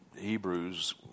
Hebrews